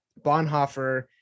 Bonhoeffer